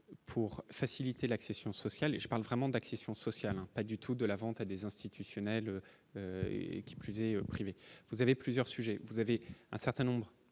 Pour faciliter l'accession sociale et je parle vraiment d'accession sociale hein, pas du tout de la vente à des institutionnels et qui plus est privée, vous avez plusieurs sujets : vous avez un certain nombre